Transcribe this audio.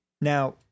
Now